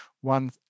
one